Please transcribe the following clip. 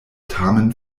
tamen